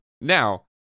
Now